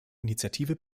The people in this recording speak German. initiative